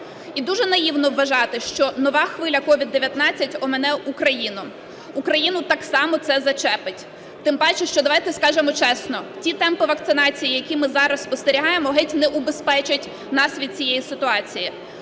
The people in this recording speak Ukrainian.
І дуже наївно вважати, що нова хвиля COVID-19 омине Україну. Україну так само це зачепить. Тим паче, що, давайте скажемо чесно, ті темпи вакцинації, які ми зараз спостерігаємо, геть не убезпечать нас від цієї ситуації.